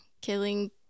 killing